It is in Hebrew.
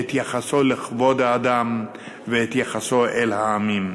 את יחסו לכבוד האדם ואת יחסו אל העמים.